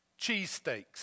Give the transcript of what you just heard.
cheesesteaks